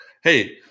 hey